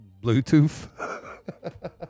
Bluetooth